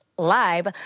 Live